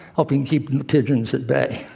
helping keep pigeons at bay.